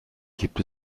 gibt